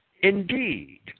Indeed